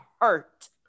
hurt